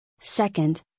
Second